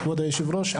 כבוד היושב ראש,